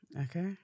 okay